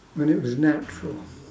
when it was natural